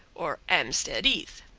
or amstead eath.